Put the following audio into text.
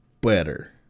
better